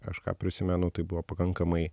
aš ką prisimenu tai buvo pakankamai